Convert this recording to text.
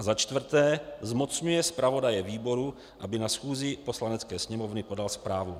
IV. zmocňuje zpravodaje výboru, aby na schůzi Poslanecké sněmovny podal zprávu.